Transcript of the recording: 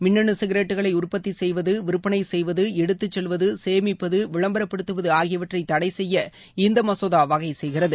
மின்னனு சிகிரெட்டுகளை உற்பத்தி செய்வது விற்பனை செய்வது எடுத்து செல்வது சேமிப்பது விளம்பரப்படுத்துவது ஆகியவற்றை தடைசெய்ய இந்த மசோதா வகை செய்கிறது